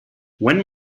when